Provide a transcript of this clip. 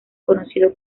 conocido